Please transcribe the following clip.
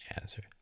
answer